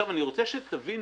אני רוצה שתבינו,